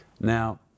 Now